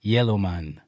Yellowman